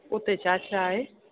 उते छा छा आहे